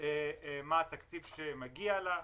מה התקציב שמגיע לה.